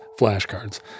flashcards